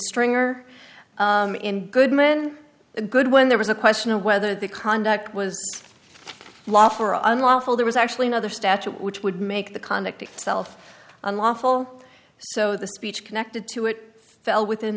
string or in good men good when there was a question of whether the conduct was lawful or unlawful there was actually another statute which would make the conduct itself unlawful so the speech connected to it fell within